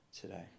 today